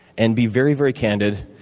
and be very, very candid.